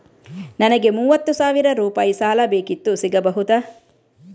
ನನಗೆ ಮೂವತ್ತು ಸಾವಿರ ರೂಪಾಯಿ ಸಾಲ ಬೇಕಿತ್ತು ಸಿಗಬಹುದಾ?